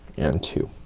and two.